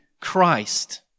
Christ